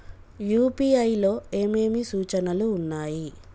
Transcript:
UPI లో ఏమేమి సూచనలు ఉన్నాయి?